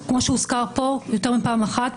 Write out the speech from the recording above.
כמו שהוזכר פה יותר מפעם אחת,